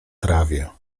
trawie